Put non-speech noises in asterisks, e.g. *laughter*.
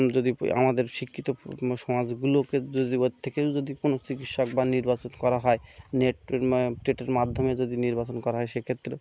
যদি আমাদের শিক্ষিত সমাজগুলোকে যদি এবার থেকেও যদি কোনো চিকিৎসক বা নির্বাচন করা হয় নেটের *unintelligible* টেটের মাধ্যমে যদি নির্বাচন করা হয় সেক্ষেত্রে